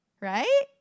right